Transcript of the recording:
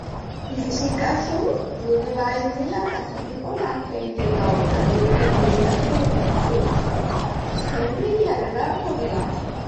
En essi casu yo diva a izil las razonis polas qu'ei llegau tardi i piiría que me dispensin. Siempri la verdá por delantri.